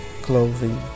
clothing